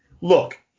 look